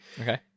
Okay